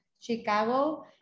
chicago